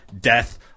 death